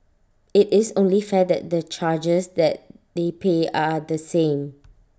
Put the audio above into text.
IT is only fair that the charges that they pay are the same